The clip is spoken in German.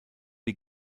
die